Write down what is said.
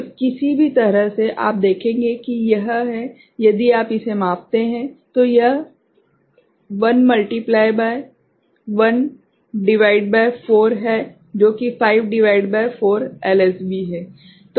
तो किसी भी तरह से आप देखेंगे कि यह है यदि आप इसे मापते हैं तो यह 1 गुणित 1 भागित 4 है जो की 5 भागित 4 एलएसबी है